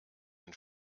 den